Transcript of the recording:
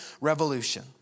revolution